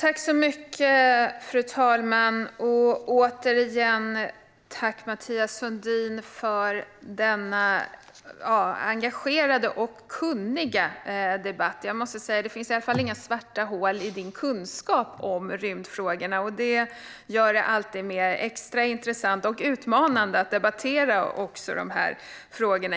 Fru talman! Tack återigen, Mathias Sundin, för denna engagerade och kunniga debatt! Jag måste säga att det i alla fall inte finns några svarta hål i din kunskap om rymdfrågorna, och detta gör det alltid extra intressant och utmanande att debattera dessa frågor.